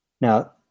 Now